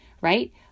right